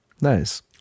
nice